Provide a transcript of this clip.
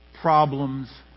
problems